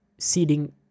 seeding